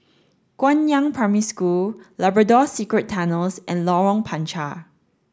Guangyang Primary School Labrador Secret Tunnels and Lorong Panchar